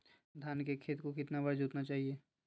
धान के खेत को कितना बार जोतना चाहिए?